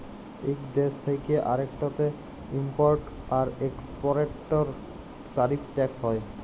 ইক দ্যেশ থ্যাকে আরেকটতে ইমপরট আর একেসপরটের তারিফ টেকস হ্যয়